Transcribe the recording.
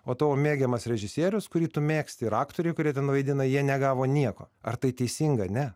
o tavo mėgiamas režisierius kurį tu mėgsti ir aktoriai kurie ten vaidina jie negavo nieko ar tai teisinga ne